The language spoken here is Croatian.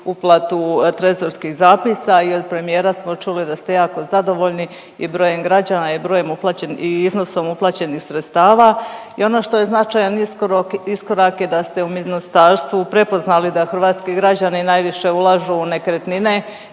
uplatu trezorskih zapisa i od premijera smo čuli da ste jako zadovoljni i brojem građana i broje uplaćen… i iznosom uplaćenih sredstava i ono što je značajan iskorak je da ste u ministarstvu prepoznali da hrvatski građani najviše ulažu u nekretnine